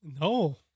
no